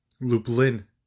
Lublin